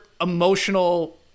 emotional